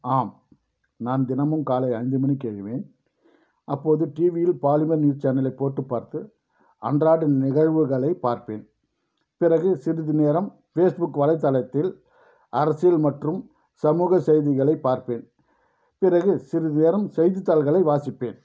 ஆம் நான் தினமும் காலை ஐந்து மணிக்கு எழுவேன் அப்போது டிவியில் பாலிமர் நியூஸ் சேனலை போட்டு பார்த்து அன்றாடம் நிகழ்வுகளை பார்ப்பேன் பிறகு சிறிது நேரம் ஃபேஸ்புக் வலைதளத்தில் அரசியல் மற்றும் சமூக செய்திகளை பார்ப்பேன் பிறகு சிறிது நேரம் செய்தித்தாள்களை வாசிப்பேன்